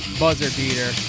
buzzer-beater